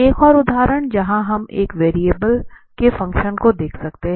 एक और उदाहरण जहां हम एक वेरिएबल के फंक्शन को देख सकते हैं